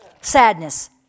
sadness